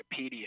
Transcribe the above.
Wikipedia